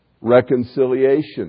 reconciliation